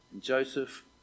joseph